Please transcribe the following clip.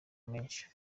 menshi